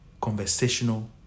conversational